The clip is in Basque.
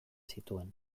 zituen